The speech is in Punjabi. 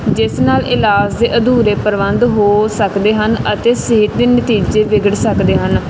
ਨਾਲ ਇਲਾਜ ਦੇ ਅਧੂਰੇ ਪ੍ਰਬੰਧ ਹੋ ਸਕਦੇ ਹਨ ਅਤੇ ਸਿਹਤ ਦੇ ਨਤੀਜੇ ਵਿਗੜ ਸਕਦੇ ਹਨ